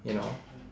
you know